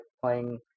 playing